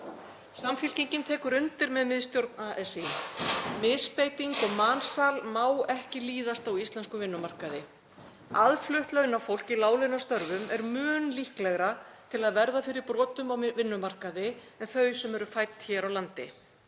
Samfylkingin tekur undir með miðstjórn ASÍ. Misbeiting og mansal má ekki líðast á íslenskum vinnumarkaði. Aðflutt launafólk í láglaunastörfum er mun líklegra til að verða fyrir brotum á vinnumarkaði en þau sem eru fædd hér á landi